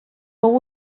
fou